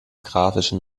grafischen